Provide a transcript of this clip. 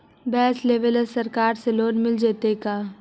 भैंस लेबे ल सरकार से लोन मिल जइतै का?